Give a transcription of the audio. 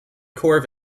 corps